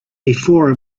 before